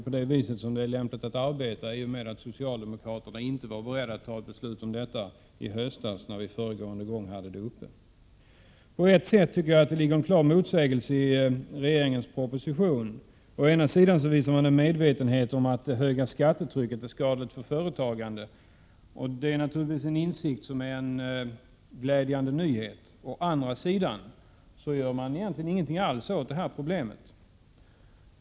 På det viset är det lämpligt att arbeta i och med att socialdemokraterna inte var beredda att fatta ett beslut om detta i höstas då vi förra gången hade frågan uppe. På ett sätt tycker jag att det ligger en motsägelse i regeringens proposition. Å ena sidan visar man en medvetenhet om att högt skattetryck är skadligt för företagande. Det är naturligtvis en insikt som är en glädjande nyhet. Å andra sidan gör man egentligen ingenting alls åt problemet.